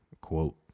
quote